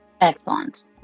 Excellent